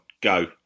Go